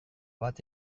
bat